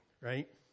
right